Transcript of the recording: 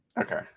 Okay